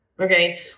Okay